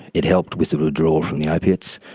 it helped with the withdrawal from the opiates.